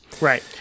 right